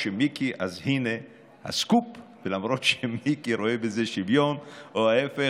אז הינה הסקופ: למרות שמיקי רואה בזה שוויון או ההפך,